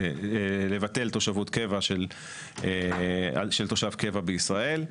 לבטל תושבות קבע של תושב קבע בישראל.